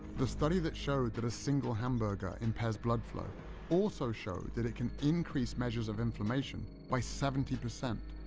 the study that showed that a single hamburger impairs blood flow also showed that it can increase measures of inflammation by seventy percent.